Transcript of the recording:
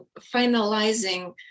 finalizing